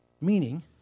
Meaning